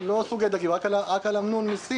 לא על סוגי דגים אלא רק על פילה אמנון מסין,